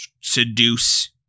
seduce